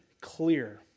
clear